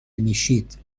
میشید